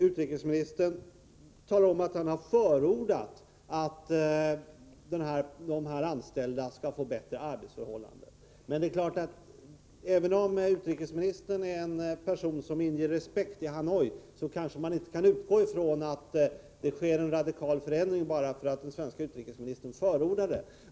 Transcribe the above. Utrikesministern talar om att han har förordat att anställda skall få bättre arbetsförhållanden. Även om utrikesministern är en person som inger respekt i Hanoi, kanske man inte kan utgå från att en radikal förändring sker bara därför att den svenska utrikesministern förordar detta.